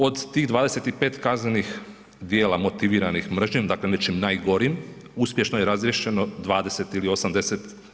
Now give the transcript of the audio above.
Od tih 25 kaznenih djela motiviranih mržnjom, dakle nečim najgorim uspješno je razriješeno 20 ili 80%